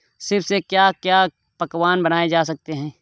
सीप से क्या क्या पकवान बनाए जा सकते हैं?